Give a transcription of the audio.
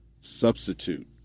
substitute